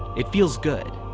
it feels good.